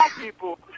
people